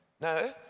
No